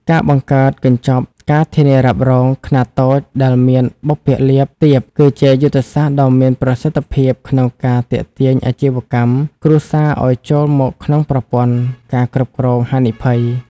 ការបង្កើតកញ្ចប់ ការធានារ៉ាប់រង ខ្នាតតូច ដែលមានបុព្វលាភទាប គឺជាយុទ្ធសាស្ត្រដ៏មានប្រសិទ្ធភាពក្នុងការទាក់ទាញអាជីវកម្មគ្រួសារឱ្យចូលមកក្នុងប្រព័ន្ធ ការគ្រប់គ្រងហានិភ័យ។